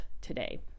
today